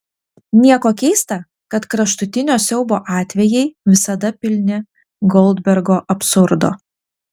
nieko keista kad kraštutinio siaubo atvejai visada pilni goldbergo absurdo